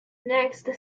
next